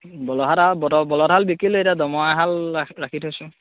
বলদহাল আৰু বলদহাল বিকিলোঁ এতিয়া দমৰাহাল ৰা ৰাখি থৈছোঁ